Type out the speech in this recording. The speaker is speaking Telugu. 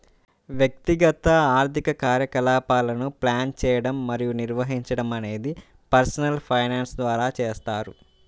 వ్యక్తిగత ఆర్థిక కార్యకలాపాలను ప్లాన్ చేయడం మరియు నిర్వహించడం అనేది పర్సనల్ ఫైనాన్స్ ద్వారా చేస్తారు